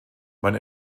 man